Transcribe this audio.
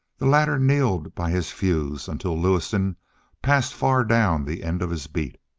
the latter kneeled by his fuse until lewison passed far down the end of his beat.